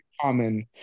common